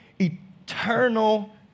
eternal